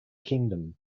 kingdom